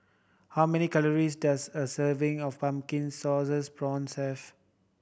how many calories does a serving of pumpkin sauces prawns have